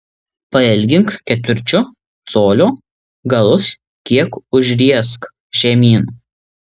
pailgink ketvirčiu colio galus kiek užriesk žemyn